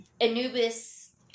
Anubis